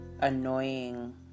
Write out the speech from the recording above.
annoying